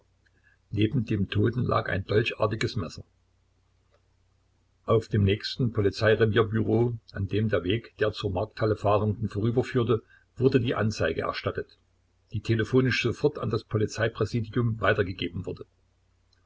neben dem toten lag ein dolchartiges messer auf dem nächsten polizeirevier büro an dem der weg der zur markthalle fahrenden vorüberführte wurde die anzeige erstattet die telefonisch sofort an das polizeipräsidium weitergegeben wurde